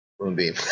Moonbeam